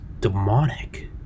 demonic